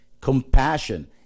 compassion